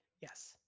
yes